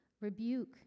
rebuke